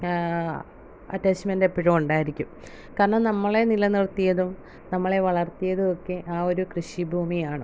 attachment എപ്പോഴും ഉണ്ടായിരിക്കും കാരണം നമ്മളെ നിലനിർത്തിയതും നമ്മളെ വളർത്തിയതും ഒക്കെ ആ ഒരു കൃഷി ഭൂമിയാണ്